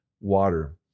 water